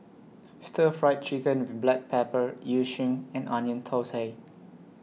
Stir Fried Chicken with Black Pepper Yu Sheng and Onion Thosai